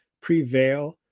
prevail